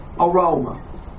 aroma